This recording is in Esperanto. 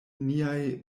niaj